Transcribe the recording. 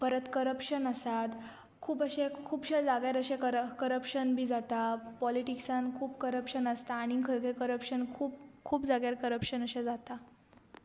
परत करप्शन आसात खूब अशे खुबशे जाग्यार अशें कर करप्शन बी जाता पॉलिटिक्सान खूब करप्शन आसता आनी खंय खंय करप्शन खूब खूब जाग्यार करप्शन अशें जाता